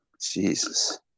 Jesus